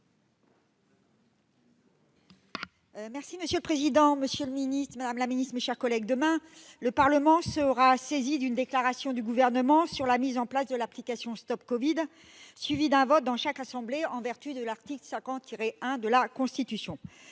Monsieur le président, monsieur le ministre, madame la secrétaire d'État, mes chers collègues, demain, le Parlement sera saisi d'une déclaration du Gouvernement sur la mise en place de l'application StopCovid suivie d'un vote dans chaque assemblée en vertu de l'article 50-1 de la Constitution.